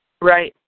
Right